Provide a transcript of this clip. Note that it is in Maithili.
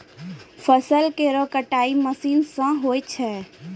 फसल केरो कटाई मसीन सें होय छै